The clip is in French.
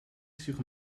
sur